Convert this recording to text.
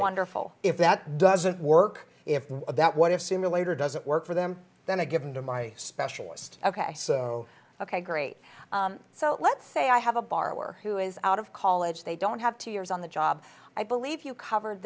wonderful if that doesn't work if that what if simulator doesn't work for them then a given to my specialist ok so ok great so let's say i have a borrower who is out of college they don't have two years on the job i believe you covered